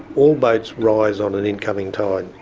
all boats rise on an incoming tide.